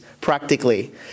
practically